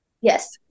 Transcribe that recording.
yes